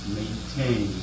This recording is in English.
maintain